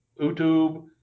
YouTube